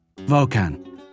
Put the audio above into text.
Volcan